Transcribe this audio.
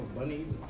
Bunnies